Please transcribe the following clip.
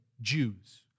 Jews